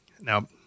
Now